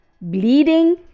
Bleeding